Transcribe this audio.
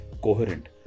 coherent